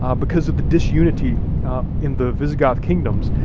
ah because of the disunity in the visigoth kingdoms,